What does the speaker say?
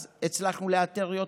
אז הצלחנו לאתר יותר,